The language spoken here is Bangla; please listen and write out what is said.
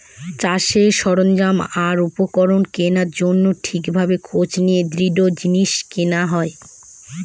চাষের সরঞ্জাম আর উপকরণ কেনার জন্য ঠিক ভাবে খোঁজ নিয়ে দৃঢ় জিনিস কেনা হয়